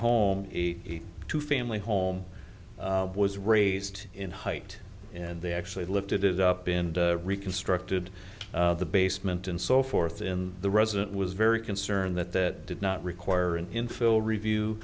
home a two family home was raised in height and they actually lifted it up in reconstructed the basement and so forth in the resident was very concerned that that did not require an infill review